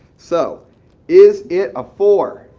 so is it a four